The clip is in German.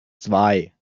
zwei